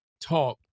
talk